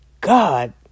God